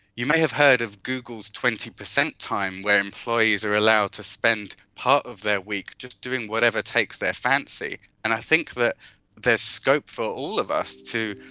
you may have heard of google's twenty percent time where employees are allowed to spend part of their week just doing whatever takes their fancy. and i think that there is scope for all of us to,